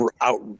out